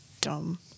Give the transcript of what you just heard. dumb